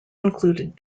included